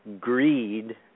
greed